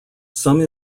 some